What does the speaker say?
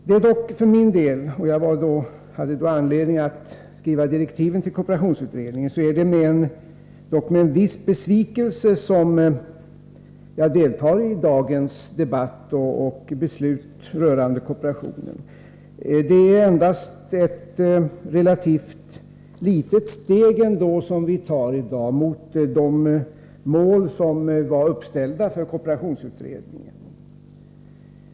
Det är dock för min del — jag var den som hade tillfälle att skriva direktiven till kooperationsutredningen — med en viss besvikelse som jag deltar i dagens debatt och beslut rörande kooperationen. Det är ändå endast ett relativt litet steg som nu tas jämfört med de mål som var uppställda för kooperationsutredningen.